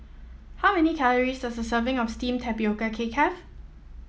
how many calories does a serving of steamed Tapioca Cake have